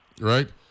Right